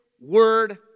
Word